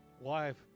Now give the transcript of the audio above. wife